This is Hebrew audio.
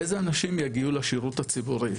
איזה אנשים יגיעו לשירות הציבורי,